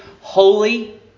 Holy